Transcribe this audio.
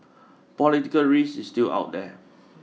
political risk is still out there